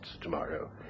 tomorrow